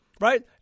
Right